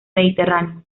mediterráneo